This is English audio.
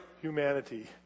humanity